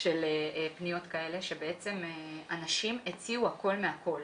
של פניות כאלה שבעצם אנשים הציעו הכול מהכול.